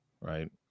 right